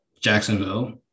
Jacksonville